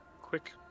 Quick